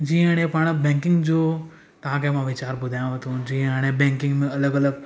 जीअं हाणे पाण बैंकिंग जो तव्हांखे मां वीचारु ॿुधायांव थो जीअं ऐं बैंकिंग में अलॻि अलॻि